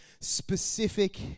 specific